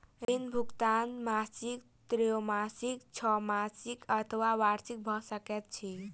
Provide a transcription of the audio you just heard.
ऋण भुगतान मासिक त्रैमासिक, छौमासिक अथवा वार्षिक भ सकैत अछि